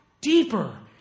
deeper